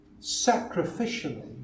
sacrificially